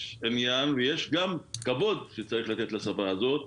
גם עניין ויש גם כבוד שצריך לתת לשפה הזו.